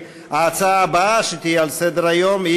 התשע"ו 2015,